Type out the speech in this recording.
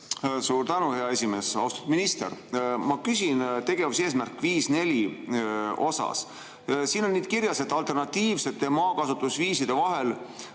Suur tänu, hea esimees! Austatud minister! Ma küsin tegevuseesmärgi 5.4 kohta. Siin on kirjas: "Alternatiivsete maakasutusviiside vahel